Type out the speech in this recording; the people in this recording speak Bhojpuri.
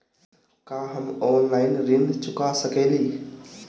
का हम ऑनलाइन ऋण चुका सके ली?